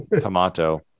tomato